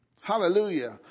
Hallelujah